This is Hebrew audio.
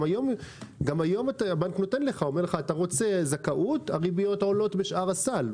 גם היום הבנק אומר לך: אתה רוצה זכאות הריביות עולות בשאר הסל.